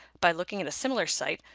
by looking at a similar site,